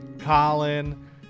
Colin